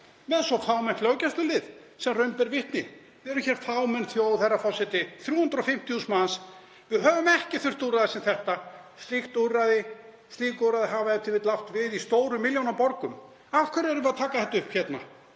með svo fámennt löggæslulið sem raun ber vitni? Við erum fámenn þjóð, herra forseti, 350.000 manns. Við höfum ekki þurft úrræði sem þetta, slík úrræði hafa e.t.v. átt við í stórum milljónaborgum. Af hverju erum við að taka þetta upp hérna?